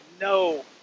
no